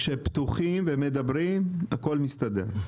כשפתוחים ומדברים הכול מסתדר.